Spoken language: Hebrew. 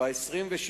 ב-26